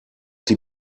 die